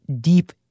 deep